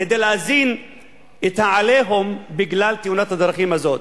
כדי להזין את ה"עליהום" בגלל תאונת הדרכים הזאת.